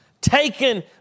taken